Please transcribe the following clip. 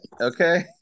okay